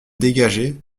dégagé